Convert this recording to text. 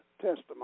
testimony